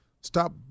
Stop